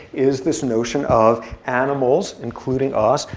is this notion of animals, including us,